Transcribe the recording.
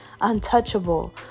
untouchable